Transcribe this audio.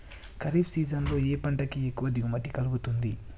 Kharif season లో ఏ పంట కి ఎక్కువ దిగుమతి కలుగుతుంది?